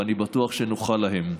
ואני בטוח שנוכל להם.